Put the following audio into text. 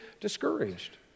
discouraged